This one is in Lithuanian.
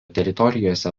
teritorijose